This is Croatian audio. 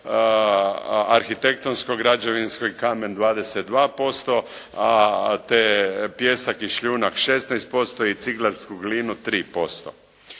arhitektonsko-građevinski kamen 22% te pijesak i šljunak 16% i ciglansku glinu 3%.